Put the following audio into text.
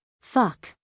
fuck